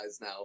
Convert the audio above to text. now